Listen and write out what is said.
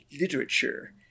literature